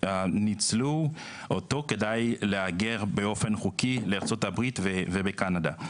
וניצלו אותו כדי להגר באופן חוקי לארצות הברית ולקנדה.